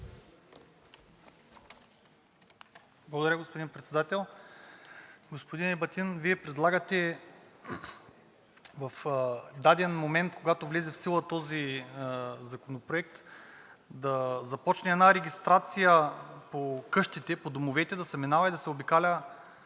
Благодаря, господин Председател. Господин Ебатин, Вие предлагате в даден момент, когато влезе в сила този законопроект, да започне една регистрация по къщите, по домовете да се минава, да се обикаля